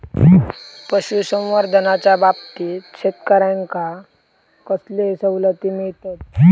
पशुसंवर्धनाच्याबाबतीत शेतकऱ्यांका कसले सवलती मिळतत?